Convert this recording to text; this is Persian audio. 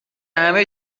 همه